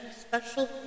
special